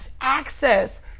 access